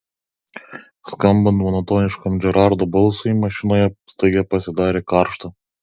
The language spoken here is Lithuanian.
skambant monotoniškam džerardo balsui mašinoje staiga pasidarė karšta